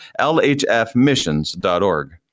lhfmissions.org